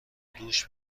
دوش